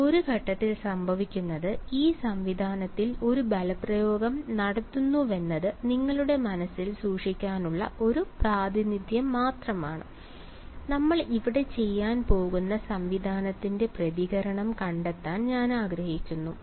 എന്നാൽ ഒരു ഘട്ടത്തിൽ സംഭവിക്കുന്നത് ഈ സംവിധാനത്തിൽ ഒരു ബലപ്രയോഗം നടത്തുന്നുവെന്നത് നിങ്ങളുടെ മനസ്സിൽ സൂക്ഷിക്കാനുള്ള ഒരു പ്രാതിനിധ്യം മാത്രമാണ് നമ്മൾ ഇവിടെ ചെയ്യാൻ പോകുന്ന സംവിധാനത്തിന്റെ പ്രതികരണം കണ്ടെത്താൻ ഞാൻ ആഗ്രഹിക്കുന്നു